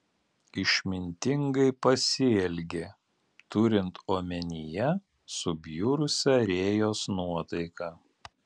išmintingai pasielgė turint omenyje subjurusią rėjos nuotaiką